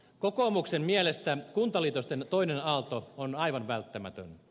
kokoomuksen mielestä kuntaliitosten toinen aalto on aivan välttämätön